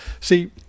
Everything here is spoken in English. See